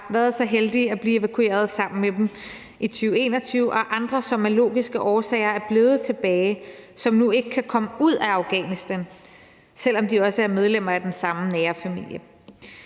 været så heldige at blive evakueret sammen med dem i 2021, og andre, som af logiske årsager er blevet tilbage, og som nu ikke kan komme ud af Afghanistan, selv om de også er medlemmer af den samme nære familie.